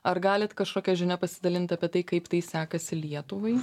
ar galit kažkokia žinia pasidalint apie tai kaip tai sekasi lietuvai